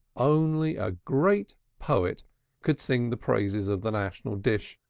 only a great poet could sing the praises of the national dish,